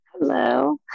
hello